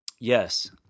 Yes